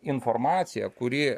informacija kuri